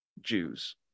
Jews